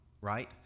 right